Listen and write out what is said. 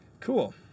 Cool